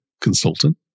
consultant